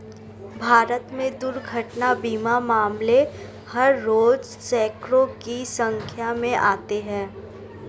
भारत में दुर्घटना बीमा मामले हर रोज़ सैंकडों की संख्या में आते हैं